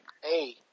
Hey